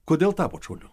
kodėl tapot šauliu